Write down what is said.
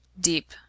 Deep